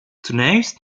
zunächst